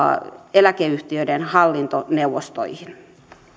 eläkeyhtiöiden hallintoneuvostoihin